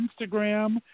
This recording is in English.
Instagram